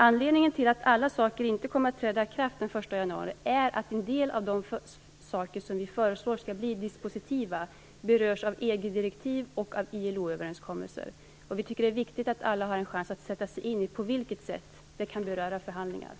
Anledningen till att alla saker inte kommer att träda i kraft den 1 januari är att en del av de saker som vi föreslår skall bli dispositiva berörs av EG-direktiv och av ILO-överenskommelser, och vi tycker att det är viktigt att alla har en chans att sätta sig in i på vilket sätt detta kan beröra förhandlingarna.